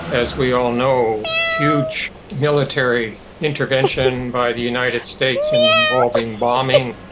as we all know, huge military intervention by the united states involving bombing,